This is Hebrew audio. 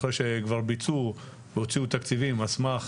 אחרי שכבר ביצעו והוציאו תקציבים על סמך